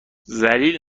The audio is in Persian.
ذلیل